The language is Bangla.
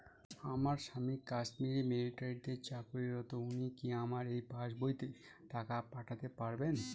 আমার স্বামী কাশ্মীরে মিলিটারিতে চাকুরিরত উনি কি আমার এই পাসবইতে টাকা পাঠাতে পারবেন?